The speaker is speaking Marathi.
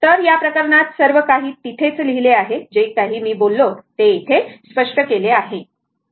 तर या प्रकरणात सर्व काही तेथेच लिहिलेले आहे जे काही मी बोललो ते येथे स्पष्ट केले आहे